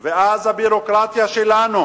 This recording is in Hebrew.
ואז הביורוקרטיה שלנו,